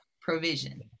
provision